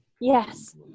Yes